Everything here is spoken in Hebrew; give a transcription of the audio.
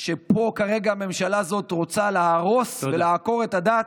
ופה כרגע הממשלה הזאת רוצה להרוס ולעקור את הדת,